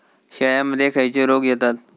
शेळ्यामध्ये खैचे रोग येतत?